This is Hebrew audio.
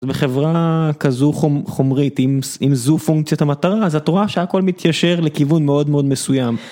בחברה כזו חומרית אם זו פונקציית המטרה אז את רואה שהכל מתיישר לכיוון מאוד מאוד מסוים.